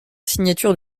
signature